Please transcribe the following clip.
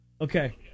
Okay